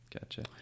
gotcha